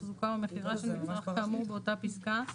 תחזוקה או מכירה של מצרך כאמור באותה פסקה,